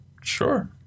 Sure